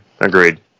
Agreed